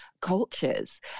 cultures